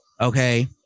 Okay